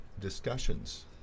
discussions